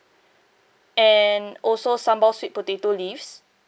and also sambal sweet potato leaves